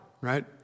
right